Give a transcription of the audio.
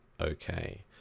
okay